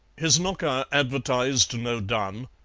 his knocker advertised no dun,